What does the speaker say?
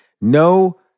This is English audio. No